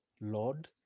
Lord